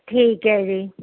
ਠੀਕ ਹੈ ਜੀ